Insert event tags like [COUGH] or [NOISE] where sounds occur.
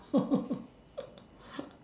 [LAUGHS]